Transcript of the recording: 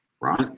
right